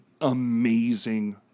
amazing